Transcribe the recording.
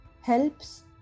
helps